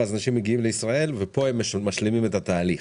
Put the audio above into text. ואז אנשים מגיעים לישראל ופה הם משלימים את התהליך.